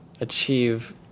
achieve